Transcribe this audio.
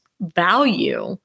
value